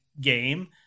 game